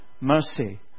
mercy